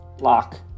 Lock